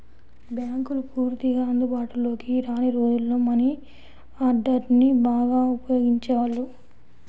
బ్యేంకులు పూర్తిగా అందుబాటులోకి రాని రోజుల్లో మనీ ఆర్డర్ని బాగా ఉపయోగించేవాళ్ళు